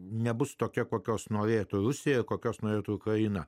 nebus tokia kokios norėtų rusija kokios norėtų kaina